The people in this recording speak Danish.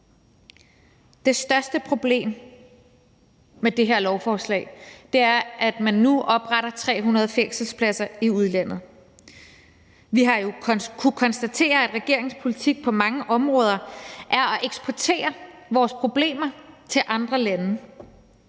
Det største problem med det her lovforslag er, at man nu opretter 300 fængselspladser i udlandet. Vi har jo kunnet konstatere, at regeringens politik på mange områder er at eksportere vores problemer til andre lande,